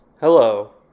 Hello